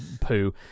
poo